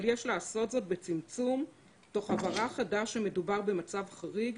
אבל יש לעשות זאת בצמצום תוך הבהרה חדה שמדובר במצב חריג